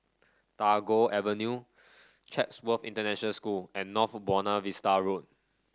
Tagore Avenue Chatsworth International School and North Buona Vista Road